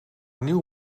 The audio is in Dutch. nieuw